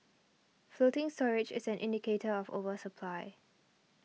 floating storage is an indicator of oversupply